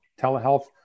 telehealth